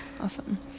Awesome